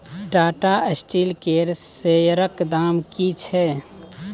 टाटा स्टील केर शेयरक दाम की छै?